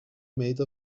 made